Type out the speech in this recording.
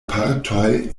partoj